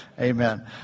Amen